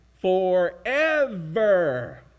Forever